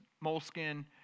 moleskin